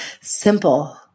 simple